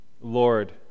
Lord